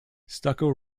stucco